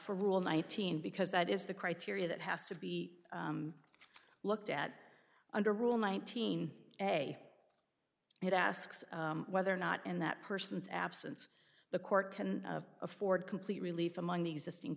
for rule nineteen because that is the criteria that has to be looked at under rule nineteen a and it asks whether or not in that person's absence the court can afford complete relief among the existing